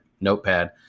notepad